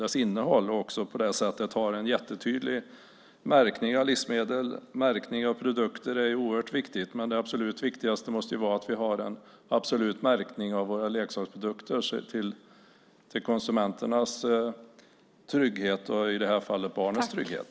Vi har en jättetydlig märkning av livsmedel, och märkning av produkter är oerhört viktigt. Men det viktigaste måste vara att vi har en absolut märkning av våra leksaksprodukter för konsumenternas trygghet och i det här fallet barnens trygghet.